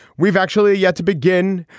we've actually yet to begin.